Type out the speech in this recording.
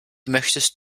möchtest